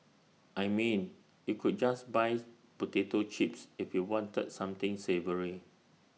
I mean you could just buy potato chips if you wanted something savoury